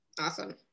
Awesome